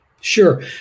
Sure